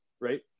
Right